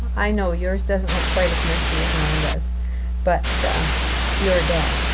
i know yours doesn't look quite as messy as mine does but you are dog,